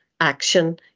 action